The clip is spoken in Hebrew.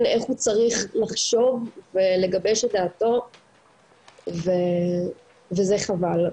איך הוא צריך לחשוב ולגבש אתת דעתו וזה חבל.